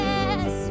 Yes